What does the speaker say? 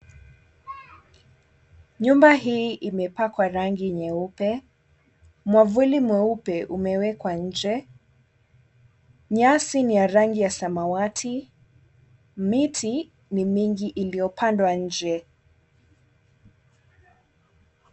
Nyumba hii imepakwa rangi nyeupe. Mwavuli mweupe umewekwa nje, nyasi ni ya rangi ya samawati, miti ni mingi iliyopandwa nje.